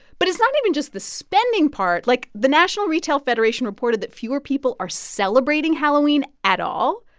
but it's not even just the spending part. like, the national retail federation reported that fewer people are celebrating halloween at all.